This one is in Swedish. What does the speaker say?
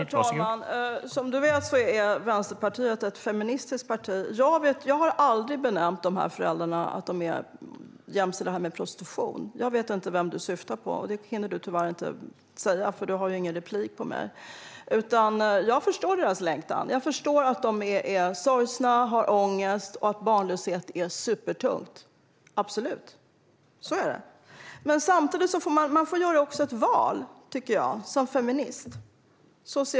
Herr talman! Som du vet, Anders W Jonsson, är Vänsterpartiet ett feministiskt parti. Jag har aldrig jämfört dessa föräldrar med prostitution och vet inte vem du syftar på. Tyvärr hinner du inte säga det eftersom du inte har någon replik kvar på mig. Jag förstår absolut deras längtan, att de är sorgsna och har ångest och att barnlöshet är supertungt. Samtidigt måste man som feminist göra ett val. Så ser jag på frågan.